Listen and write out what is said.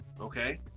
Okay